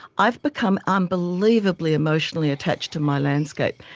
i've become unbelievably emotionally attached to my landscape.